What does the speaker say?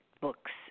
books